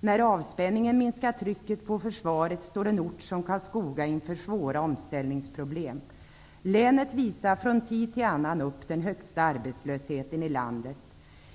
När avspänningen minskar trycket på försvaret står en ort som Karlskoga inför svåra omställningsproblem. Länet visar från tid till annan upp den högsta arbetslösheten i landet.